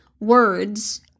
words